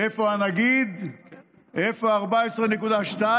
איפה הנגיד ואיפה 14.2?